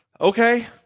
Okay